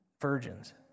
virgins